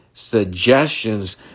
suggestions